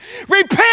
Repent